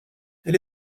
elle